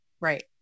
Right